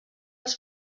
els